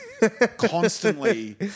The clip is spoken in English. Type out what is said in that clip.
constantly